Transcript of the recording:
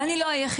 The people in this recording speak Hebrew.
ואני לא היחידה,